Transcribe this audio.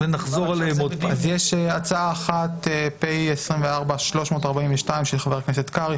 יש הצעה אחת פ/342/24 של חבר הכנסת קרעי,